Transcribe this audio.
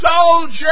soldier